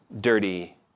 Dirty